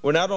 we're not